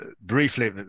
briefly